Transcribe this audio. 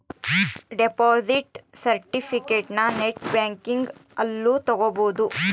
deposit ಸೆರ್ಟಿಫಿಕೇಟನ net banking ಅಲ್ಲು ತಕ್ಕೊಬೊದು